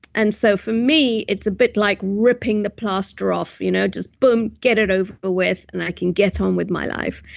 and so for me, it's a bit like ripping the plaster off. you know just boom, get it over ah with and i can get on with my life.